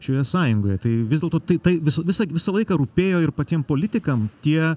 šioje sąjungoje tai vis dėlto tai tai visa visa visą laiką rūpėjo ir patiem politikam tie